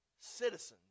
citizens